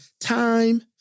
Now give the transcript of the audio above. time